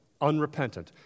Unrepentant